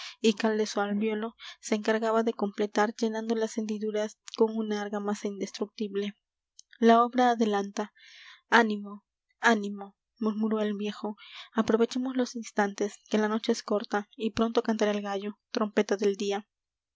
y cal de su alvéolo se encargaba de completar llenando las hendiduras con una argamasa indestructible la obra adelanta ánimo ánimo murmuró el viejo aprovechemos los instantes que la noche es corta y pronto cantará el gallo trompeta del día